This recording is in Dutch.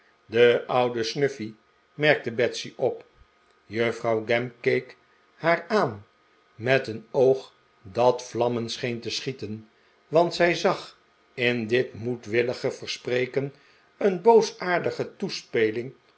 de oude snuffey merkte betsy op juffrouw gamp keek haar aan met een oog dat vlammen scheen te schieten want zij zag in dit moedwillige verspreken een boosaardige toespeling